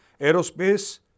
Aerospace